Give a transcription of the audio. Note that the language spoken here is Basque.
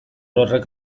horrek